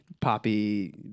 poppy